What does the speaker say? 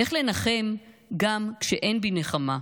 // איך לנחם גם כשאין בי נחמה,